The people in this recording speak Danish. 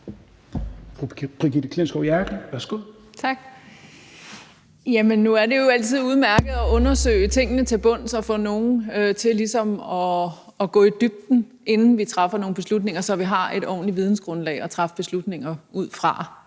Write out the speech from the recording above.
nu er det jo altid udmærket at undersøge tingene til bunds og få nogle til ligesom at gå i dybden, inden vi træffer nogle beslutninger, så vi har et ordentligt vidensgrundlag at træffe beslutninger på.